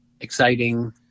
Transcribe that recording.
exciting